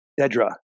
Dedra